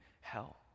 hell